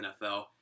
NFL